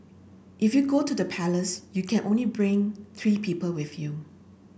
if you go to the palace you can only bring three people with you